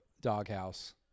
doghouse